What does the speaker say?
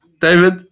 David